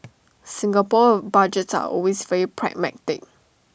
Singapore Budgets are always very pragmatic